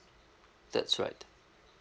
that's right